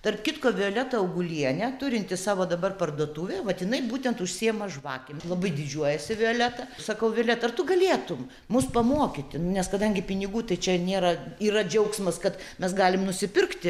tarp kitko violeta augulienė turinti savo dabar parduotuvę vat jinai būtent užsiima žvakėm labai didžiuojasi violeta sakau vile ar tu galėtum mus pamokyti nes kadangi pinigų tai čia nėra yra džiaugsmas kad mes galim nusipirkti